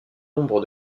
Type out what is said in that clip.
nombre